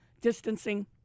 distancing